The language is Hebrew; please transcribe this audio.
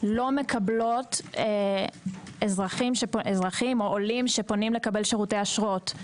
לא מקבלות אזרחים או עולים שפונים לקבל שירותי אשרות.